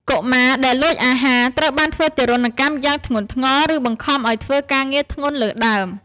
កុមារដែលលួចអាហារត្រូវបានធ្វើទារុណកម្មយ៉ាងធ្ងន់ធ្ងរ ឬបង្ខំឱ្យធ្វើការងារធ្ងន់លើសដើម។